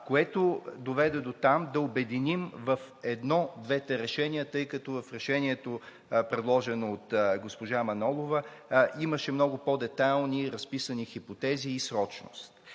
което доведе дотам – да обединим в едно двете решения, тъй като в решението, предложено от госпожа Манолова, имаше много по-детайлно разписани хипотези и срочност.